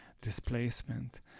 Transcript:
displacement